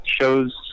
shows